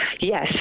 Yes